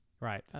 Right